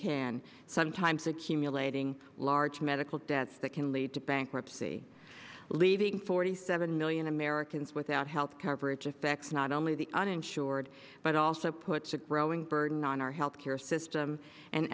can sometimes accumulating large medical debts that can lead to bankruptcy leaving forty seven million americans without health coverage if it's not only the uninsured but also puts a growing burden on our health care system and